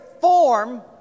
form